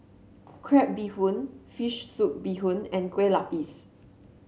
Crab Bee Hoon fish soup Bee Hoon and Kueh Lapis